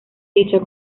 dicha